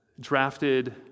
drafted